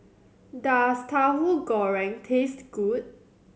does Tauhu Goreng taste good